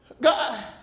God